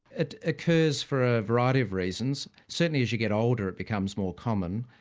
it occurs for a variety of reasons. certainly as you get older, it becomes more common.